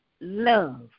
love